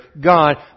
God